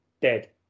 dead